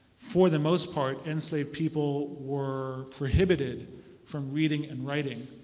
for the most part enslaved people were prohibited from reading and writing,